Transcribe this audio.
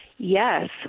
Yes